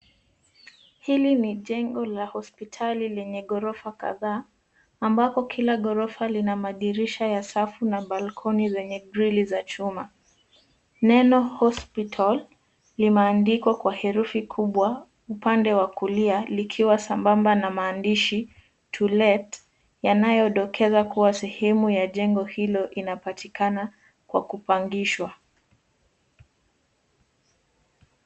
Hili ni jengo la hospitali lenye ghorofa kadhaa ambapo kila ghorofa lina madirisha ya safu na balkoni zenye grili za chuma. Neno hospital limeandikwa kwa herufi kubwa upande wa kulia likiwa sambamba na maandishi to let yanayodokeza kuwa sehemu ya jengo hilo inapatikana kwa kupangishwa.